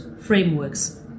frameworks